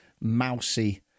mousy